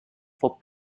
for